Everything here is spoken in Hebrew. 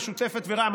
המשותפת ורע"ם,